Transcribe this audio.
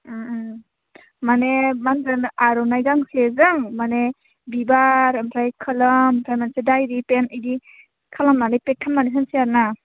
उम उम माने मा होनगोन आर'नाइ गांसेजों माने बिबार ओमफ्राय खलम ओमफ्राय मोनसे दाइरि पेन बिदि खालामनानै फेक खालामनानै होनोसै आरो ना